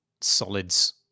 solids